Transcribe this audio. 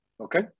Okay